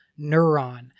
neuron